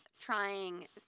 trying